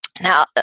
now